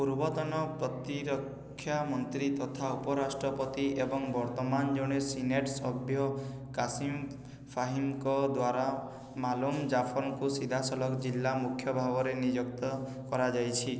ପୂର୍ବତନ ପ୍ରତିରକ୍ଷା ମନ୍ତ୍ରୀ ତଥା ଉପରାଷ୍ଟ୍ରପତି ଏବଂ ବର୍ତ୍ତମାନ ଜଣେ ସିନେଟ୍ ସଭ୍ୟ କାସିମ୍ ଫାହିମ୍ଙ୍କ ଦ୍ୱାରା ମାଲୋମ୍ ଜାଫର୍ଙ୍କୁ ସିଧାସଳଖ ଜିଲ୍ଲା ମୁଖ୍ୟ ଭାବରେ ନିଯୁକ୍ତ କରାଯାଇଛି